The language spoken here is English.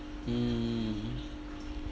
mm